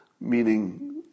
meaning